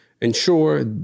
ensure